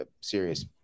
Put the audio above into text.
serious